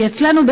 כי אצלנו,